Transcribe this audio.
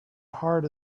heart